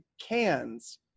Cans